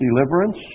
deliverance